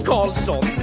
Carlson